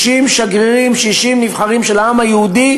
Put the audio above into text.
60 שגרירים, 60 נבחרים של העם היהודי,